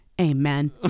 Amen